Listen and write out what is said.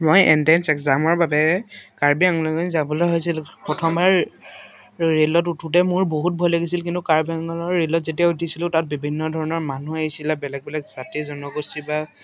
মই এণ্ট্ৰেঞ্চ এগজামৰ বাবে কাৰ্বি আংলঙলৈ যাবলৈ হৈছিলোঁ প্ৰথমবাৰ ৰে'লত উঠোঁতে মোৰ বহুত ভয় লাগিছিল কিন্তু কাৰ্বি আংলঙৰ ৰে'লত যেতিয়া উঠিছিলোঁ তাত বিভিন্ন ধৰণৰ মানুহ আহিছিলে বেলেগ বেলেগ জাতি জনগোষ্ঠী বা